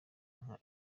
nka